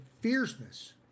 fierceness